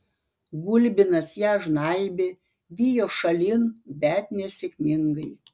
gulbinas ją žnaibė vijo šalin bet nesėkmingai